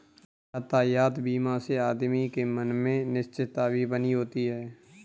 यातायात बीमा से आदमी के मन में निश्चिंतता भी बनी होती है